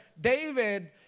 David